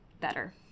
better